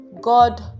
God